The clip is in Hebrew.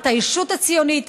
את הישות הציונית,